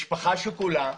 משפחה שכולה,